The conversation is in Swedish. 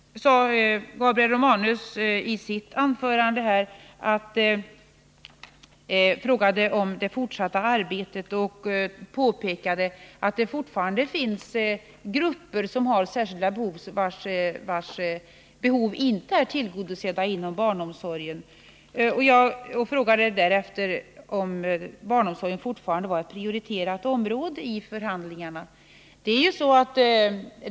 Gabriel Romanus ställde i sitt anförande här en fråga om det fortsatta arbetet och påpekade att det fortfarande finns grupper som har särskilda behov som inte är tillgodosedda inom barnomsorgen. Gabriel Romanus frågade därefter om barnomsorgen fortfarande är ett prioriterat område i förhandlingarna.